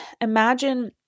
imagine